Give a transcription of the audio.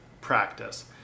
practice